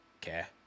care